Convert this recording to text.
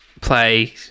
play